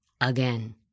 Again